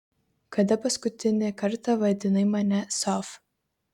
kada paskutinį kartą vadinai mane sof